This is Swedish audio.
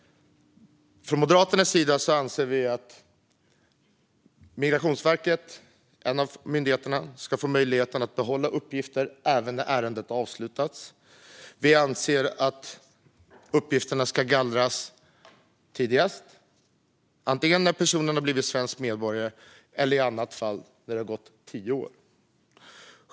Från Moderaternas sida anser vi att Migrationsverket är en av de myndigheter som ska få möjlighet att behålla uppgifter även när ärendet har avslutats. Vi anser att uppgifterna ska gallras tidigast antingen när personen har blivit svensk medborgare eller när det har gått tio år.